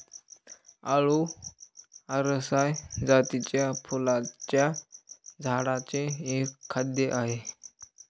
आळु अरसाय जातीच्या फुलांच्या झाडांचे एक खाद्य आहे